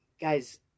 Guys